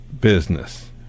business